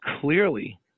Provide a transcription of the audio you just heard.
clearly